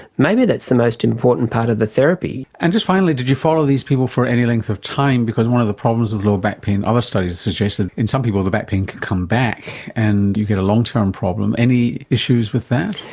maybe that's the most important part of the therapy. and just finally, did you follow these people for any length of time? because one of the problems with low back pain, other studies have suggested in some people the back pain can come back and you get a long term problem. any issues with that?